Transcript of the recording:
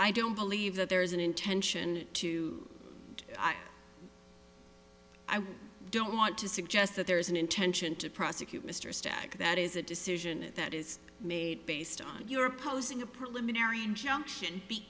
i don't believe that there is an intention to i don't want to suggest that there is an intention to prosecute mr stagg that is a decision that is made based on your opposing a preliminary injunction